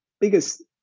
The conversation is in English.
biggest